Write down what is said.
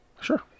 Sure